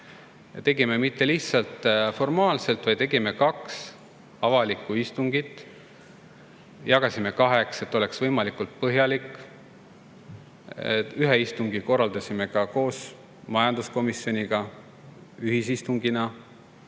tegime, mitte lihtsalt formaalselt, vaid tegime kaks avalikku istungit. Jagasime kaheks, et oleks võimalikult põhjalik. Ühe istungi korraldasime koos majanduskomisjoniga, ühisistungi.